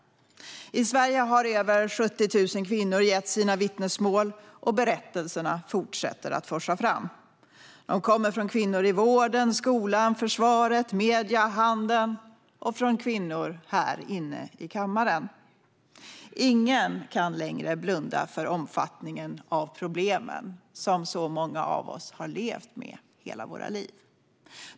I Sverige har över 70 000 kvinnor gett sina vittnesmål, och berättelserna fortsätter att forsa fram. De kommer från kvinnor i vården, skolan, försvaret, medierna och handeln och från kvinnor här i kammaren. Ingen kan längre blunda för omfattningen av de problem som många av oss har levt med hela vårt liv.